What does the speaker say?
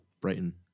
Brighton